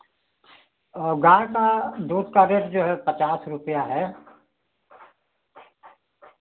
वह गाय का दूध का रेट जो है पचास रुपया है